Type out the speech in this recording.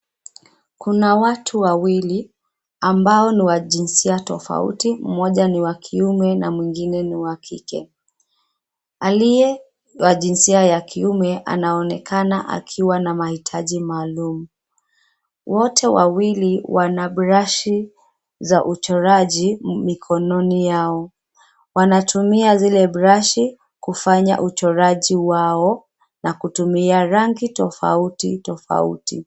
Kuna watu wawili ambao ni wajinsia tofauti, mmoja ni kiume na mwengine ni wa kike. Aliye wajinsia wa kiume anaonekana akiwa na mahitaji maalum. Wote wawili wana brashi za uchoraji mikononi yao. Wanatumia zile brashi kufanya uchoraji wao, na kutumia rangi tofauti tofauti.